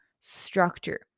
structure